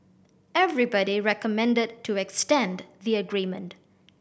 everybody recommended to extend the agreement